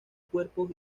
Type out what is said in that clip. cuerpos